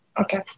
Okay